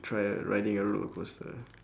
tried riding a roller coaster